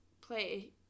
play